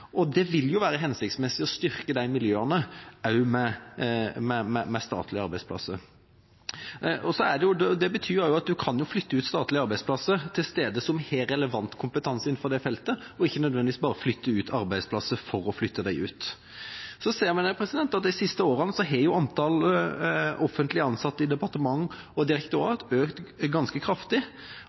og det vil jo være hensiktsmessig å styrke disse miljøene også med statlige arbeidsplasser. Det betyr også at man kan flytte ut statlige arbeidsplasser til steder som har relevant kompetanse innenfor det feltet, og ikke nødvendigvis bare flytte ut arbeidsplasser for å flytte dem ut. Så ser vi at antall offentlig ansatte i departement og direktorat de siste årene har økt ganske kraftig, og det er i